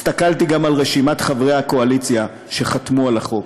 הסתכלתי גם על רשימת חברי הקואליציה שחתמו על החוק,